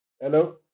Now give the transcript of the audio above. Hello